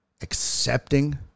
accepting